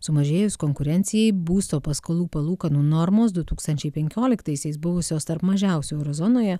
sumažėjus konkurencijai būsto paskolų palūkanų normos du tūkstančiai penkioliktaisiais buvusios tarp mažiausių euro zonoje